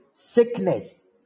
Sickness